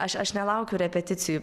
aš aš nelaukiu repeticijų